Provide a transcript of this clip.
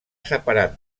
separat